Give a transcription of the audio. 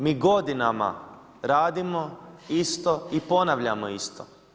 Mi godinama radimo isto i ponavljamo isto.